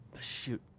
shoot